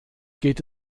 geht